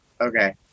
Okay